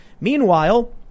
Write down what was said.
Meanwhile